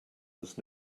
was